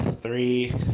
Three